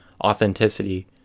authenticity